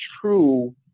true